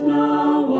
now